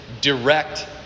direct